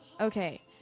Okay